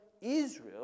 Israel